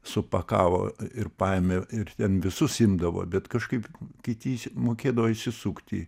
supakavo ir paėmė ir ir ten visus imdavo bet kažkaip kiti mokėdavo išsisukti